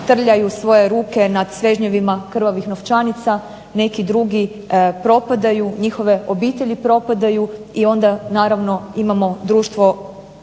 trljaju svoje ruke nad svežnjevima krvavih novčanica neki drugi propadaju, njihove obitelji propadaju i onda naravno imamo društvo